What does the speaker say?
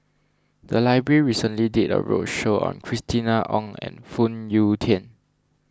the library recently did a roadshow on Christina Ong and Phoon Yew Tien